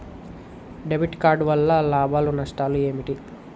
Debit card వల్ల లాభాలు నష్టాలు ఏమిటి?